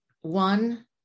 One